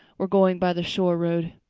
we're going by the shore road.